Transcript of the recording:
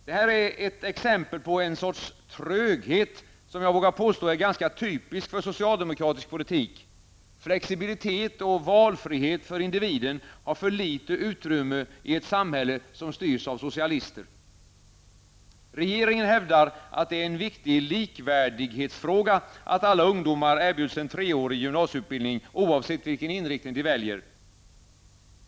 Det här är ett exempel på en sorts tröghet, som jag vågar påstå är ganska typisk för socialdemokratisk politik. Flexibilitet och valfrihet för individen har för lite utrymme i ett samhälle som styrs av socialister. Regeringen hävdar att det är en viktig likvärdighetsfråga att alla ungdomar erbjuds en treårig gymnasieutbildning, oavsett vilken inriktning de väljer.